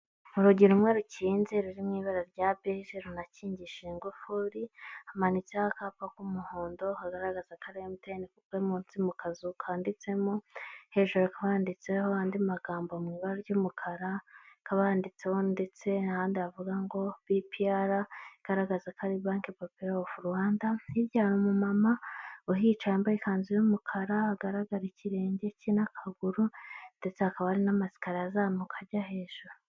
Urugi rumwe rukinze ruri mu ibara rya beje runakingishije ingufuri, hamanitseho akapa k'umuhondo hagaragaza ko ari emutiyene kuko munsi mu kazu kanditsemo, hejuru handitseho andi magambo mu ibara ry'umukara, hakaba handitseho ndetse n'andi avuga ngo bipiyara igaragaza ko ari banke popileri ofu Rwanda, hirya umumama uhicaye yambaye ikanzu y'umukara hagaragara ikirenge cye n'akaguru, ndetse hakaba hari n'amasikariye azamuka ajya hejuru.